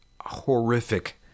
horrific